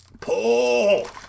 Pull